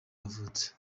yavutse